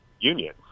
union